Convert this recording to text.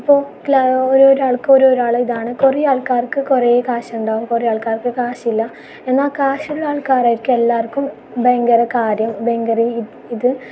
ഇപ്പോൾ ഓരോരോ ആൾക്ക് ഓരോരോ ആൾ ഇതാണ് കുറേ ആൾക്കാർക്ക് കുറേ കാശുണ്ടാവും കുറേ ആൾക്കാർക്ക് കാശില്ല എന്നാൽ കാശുള്ള ആൾക്കാരായിരിക്കും എല്ലാവർക്കും ഭയങ്കര കാര്യം ഭയങ്കര ഇത്